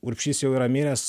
urbšys jau yra miręs